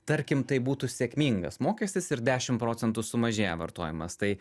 tarkim tai būtų sėkmingas mokestis ir dešimt procentų sumažėja vartojimas tai